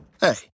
Hey